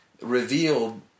revealed